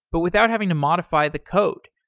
but without having to modify the code,